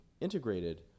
integrated